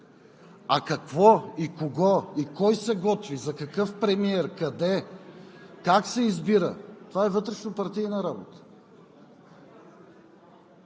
Какво, кого и кой се готви за премиер, къде и как се избира, това е вътрешнопартийна работа,